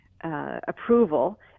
approval